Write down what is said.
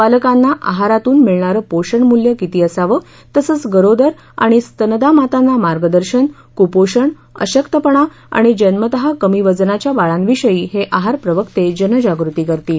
बालकांना आहारातून मिळणारं पोषणमूल्य किती असावं तसंच गरोदर आणि स्तनदा मातांना मार्गदर्शन कुपोषण अशक्तपणा आणि जन्मतः कमी वजनाच्या बाळांविषयी हे आहार प्रवक्ते जनजागृती करतील